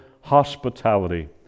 hospitality